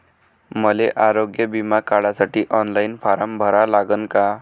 मले आरोग्य बिमा काढासाठी ऑनलाईन फारम भरा लागन का?